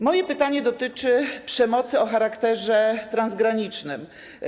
Moje pytanie dotyczy przemocy o charakterze transgranicznym.